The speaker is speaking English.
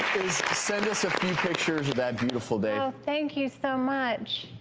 send us a few pictures of that beautiful day. oh, thank you so much.